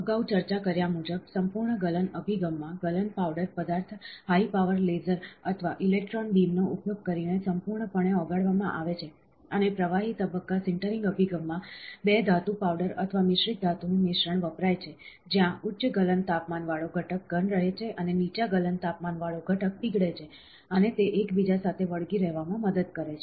અગાઉ ચર્ચા કર્યા મુજબ સંપૂર્ણ ગલન અભિગમમાં ગલન પાવડર પદાર્થ હાઇ પાવર લેસર અથવા ઇલેક્ટ્રોન બીમ નો ઉપયોગ કરીને સંપૂર્ણપણે ઓગાળવામાં આવે છે અને પ્રવાહી તબક્કા સિન્ટરિંગ અભિગમમાં 2 ધાતુ પાવડર અથવા મિશ્રિત ધાતુ નું મિશ્રણ વપરાય છે જ્યા ઉચ્ચ ગલન તાપમાન વાળો ઘટક ઘન રહે છે અને નીચા ગલન તાપમાન વાળો ઘટક પીગળે છે અને તે એકબીજા સાથે વળગી રહેવામાં મદદ કરે છે